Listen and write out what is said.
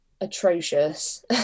atrocious